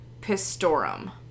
Pistorum